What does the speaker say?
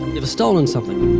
you ever stolen something?